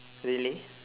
really